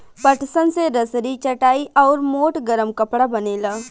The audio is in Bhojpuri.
पटसन से रसरी, चटाई आउर मोट गरम कपड़ा बनेला